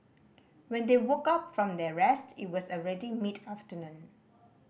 when they woke up from their rest it was already mid afternoon